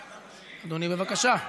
אדוני, בבקשה.